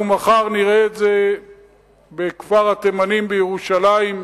אנחנו מחר נראה את זה בכפר-התימנים בירושלים,